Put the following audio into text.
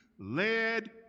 led